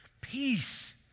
peace